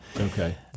Okay